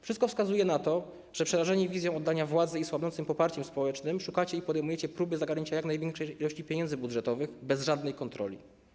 Wszystko wskazuje na to, że przerażeni wizją oddania władzy i słabnącym poparciem społecznym szukacie i podejmujecie próby zagarnięcia jak największej ilości pieniędzy budżetowych bez żadnej kontroli.